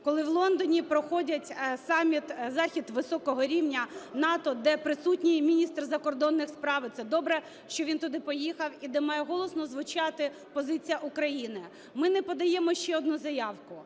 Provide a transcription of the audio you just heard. коли в Лондоні проходить саміт, захід високого рівня, НАТО, де присутній міністр закордонних справ і це добре, що він туди поїхав, і де має голосно звучати позиція України. Ми не подаємо ще одну заявку.